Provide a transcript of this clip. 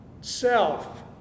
self